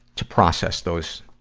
to process those,